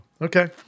Okay